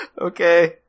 Okay